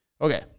Okay